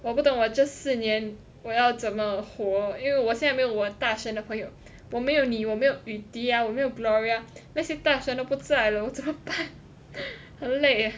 我不懂我这四年我要怎么活因为我现没有我大神的朋友我没有你我没有 yu ti ah 我没有 gloria 那些大神都不在了我怎么办很累